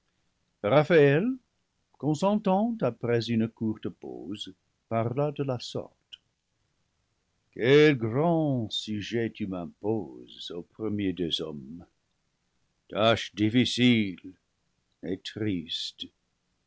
raphaël consentant après une courte pause parla de la sorte quel grand sujet tu m'imposes ô premier des hommes tâche difficile et triste